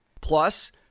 Plus